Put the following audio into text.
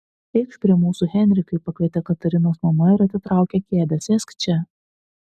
eikš prie mūsų henrikai pakvietė katarinos mama ir atitraukė kėdę sėsk čia